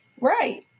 Right